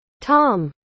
Tom